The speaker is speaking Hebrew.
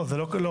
לא.